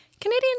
Canadian